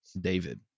david